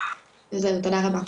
זהו, תודה רבה.